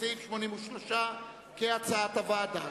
סעיף 83, כהצעת הוועדה.